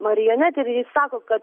marionetė ir jis sako kad